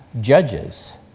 judges